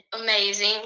amazing